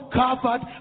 covered